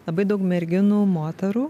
labai daug merginų moterų